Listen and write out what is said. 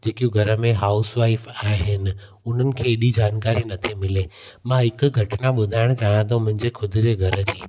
जेकियूं घर में हाउस वाइफ़ आहिनि हुननि खे हेॾी जानकारी नथी मिले मां हिकु घटना ॿुधाइण चाहियां थो मुंहिंजे ख़ुदि जे घर जी